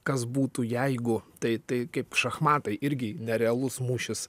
kas būtų jeigu tai tai kaip šachmatai irgi nerealus mūšis